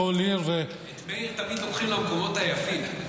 כל עיר --- את מאיר תמיד לוקחים למקומות היפים,